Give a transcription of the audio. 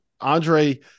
Andre